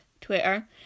Twitter